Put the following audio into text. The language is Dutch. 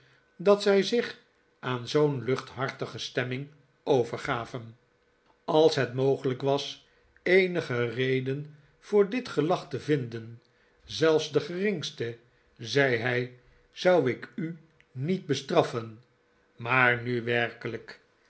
dat zij zich aan zob'n luchthartige stemming overgaven als het mogelijk was eenige reden voor dit gelach te vinden zelfs de geringste zei hij zou ik u niet bestrafferi maar nu r werkelijkl